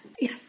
yes